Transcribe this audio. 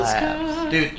Dude